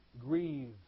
grieve